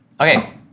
okay